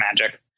Magic